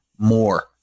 More